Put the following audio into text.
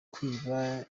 kwiba